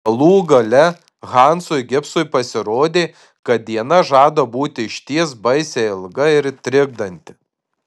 galų gale hansui gibsui pasirodė kad diena žada būti išties baisiai ilga ir trikdanti